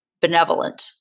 benevolent